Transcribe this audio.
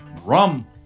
rum